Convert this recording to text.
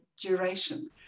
duration